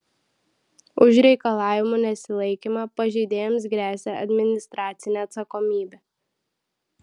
už reikalavimų nesilaikymą pažeidėjams gresia administracinė atsakomybė